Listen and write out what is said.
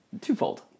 twofold